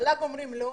מל"ג אומרים לא,